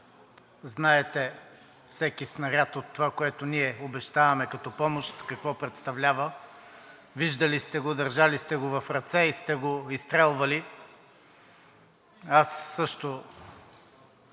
знаете всеки снаряд от това, което ние обещаваме като помощ, какво представлява. Виждали сте го, държали сте го в ръце и сте го изстрелвали. Аз също